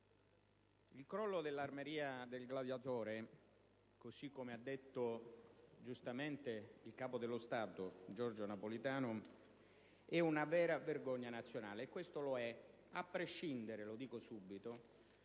il crollo dell'Armeria del gladiatore, così come ha detto giustamente il capo dello Stato, Giorgio Napolitano, è una vera vergogna nazionale. E questo lo è a prescindere - lo dico subito